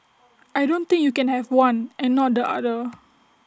I don't think you can have one and not the other